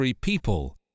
people